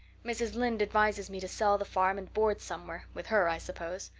mrs. lynde advises me to sell the farm and board somewhere with her i suppose.